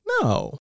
No